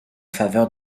faveur